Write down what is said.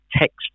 text